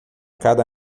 cada